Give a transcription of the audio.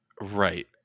Right